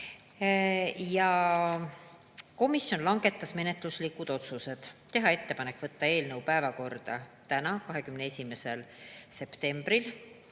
osa. Komisjon langetas järgmised menetluslikud otsused: teha ettepanek võtta eelnõu päevakorda täna, 21. septembril,